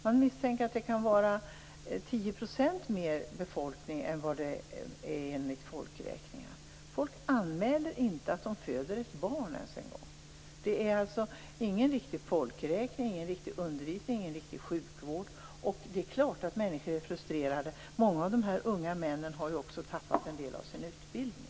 Man misstänker att befolkningen är 10 % högre än vad som angavs i en folkräkning. Människor anmäler inte ens när de föder barn. Det är alltså ingen riktig folkräkning, ingen riktig undervisning och ingen riktig sjukvård. Det är klart att människor är frustrerade. Många av dessa unga män har också gått miste om en del av sin utbildning.